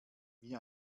wie